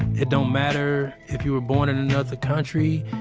it don't matter if you were born in another country.